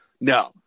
No